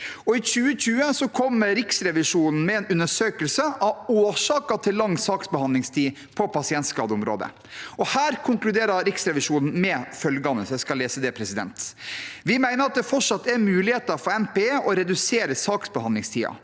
I 2020 kom Riksrevisjonen med en undersøkelse av årsaken til lang saksbehandlingstid på pasientskadeområdet. Her konkluderer Riksrevisjonen med følgende: «Vi mener at det fortsatt er muligheter for NPE å redusere saksbehandlingstiden.